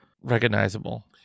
recognizable